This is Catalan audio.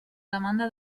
demanda